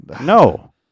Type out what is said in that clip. No